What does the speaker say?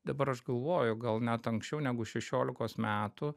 dabar aš galvoju gal net anksčiau negu šešiolikos metų